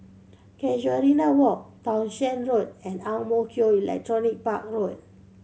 Casuarina Walk Townshend Road and Ang Mo Kio Electronics Park Road